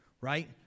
right